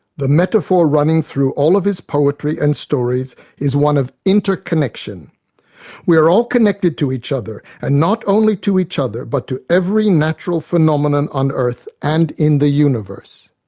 the metaphor running through all of his poetry and stories is one of interconnection we are all connected to each other and not only to each other but to every natural phenomenon on earth and in the universe.